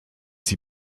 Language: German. sie